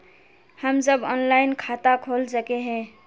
हम सब ऑनलाइन खाता खोल सके है?